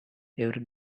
every